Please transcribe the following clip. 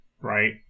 right